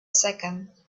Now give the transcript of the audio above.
second